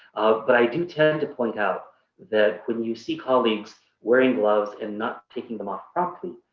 but i do tend to point out that when you see colleagues wearing gloves and not taking them off properly,